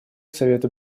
совету